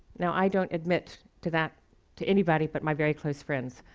now i don't admit to that to anybody but my very close friends.